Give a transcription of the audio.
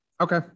Okay